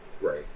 right